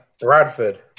Bradford